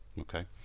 okay